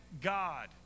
God